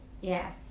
Yes